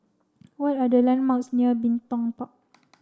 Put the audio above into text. what are the landmarks near Bin Tong Park